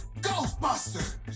Ghostbusters